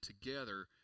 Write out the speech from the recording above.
together